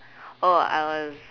oh I was